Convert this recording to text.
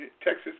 Texas